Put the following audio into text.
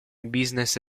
business